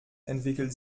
entwickelt